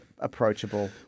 Approachable